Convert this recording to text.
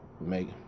make